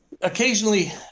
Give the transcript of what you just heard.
Occasionally